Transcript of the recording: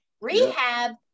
Rehab